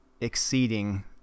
exceeding